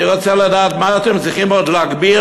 אני רוצה לדעת מה אתם צריכים עוד להגביר,